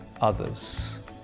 others